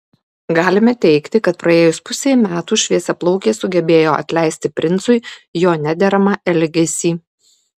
galime teigti kad praėjus pusei metų šviesiaplaukė sugebėjo atleisti princui jo nederamą elgesį